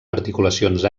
articulacions